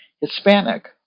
Hispanic